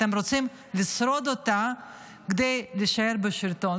אתם רוצים לשרוד אותה כדי להישאר בשלטון,